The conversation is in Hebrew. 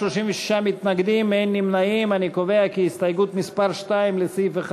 1. ההסתייגות של קבוצת סיעת מרצ,